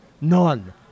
None